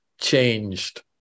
changed